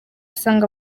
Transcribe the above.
usanga